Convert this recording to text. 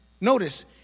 notice